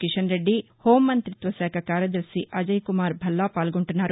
కిషన్ రెడ్డి హోంమంతిత్వ శాఖ కార్యదర్చి అజయ్ కుమార్ భల్లా పాల్గొంటున్నారు